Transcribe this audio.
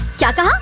jagdish